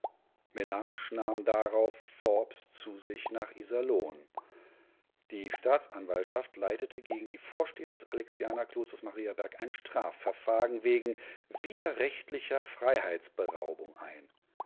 mellage nahm darauf forbes zu sich nach iserlohn die staatsanwaltschaft leitete gegen die vorsteher des alexianerklosters mariaberg ein strafverfahren wegen widerrechtlicher freiheitsberaubung ein